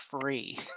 free